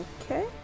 Okay